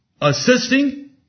assisting